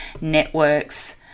Networks